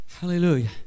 Hallelujah